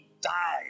die